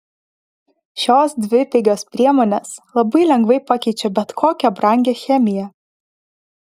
šios dvi pigios priemonės labai lengvai pakeičia bet kokią brangią chemiją